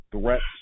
threats